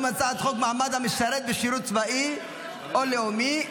הצעת חוק מעמד המשרת בשירות צבאי או לאומי,